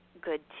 good